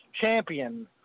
champion